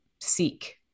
seek